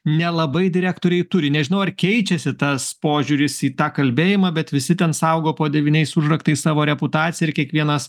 nelabai direktoriai turi nežinau ar keičiasi tas požiūris į tą kalbėjimą bet visi ten saugo po devyniais užraktais savo reputaciją ir kiekvienas